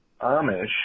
Amish